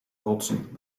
rotsen